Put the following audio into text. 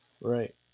right